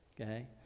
okay